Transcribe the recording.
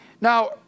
Now